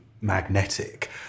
magnetic